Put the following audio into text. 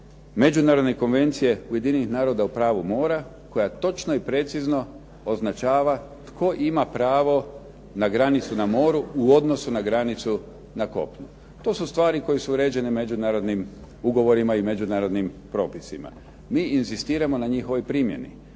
međunarodne konvencije Ujedinjenih naroda u pravu mora, koja točno i precizno označava tko ima pravo na granicu na moru u odnosu na granicu na kopnu. To su stvari koje su uređene međunarodnim ugovorima i međunarodnim propisima. Mi inzistiramo na njihovoj primjeni.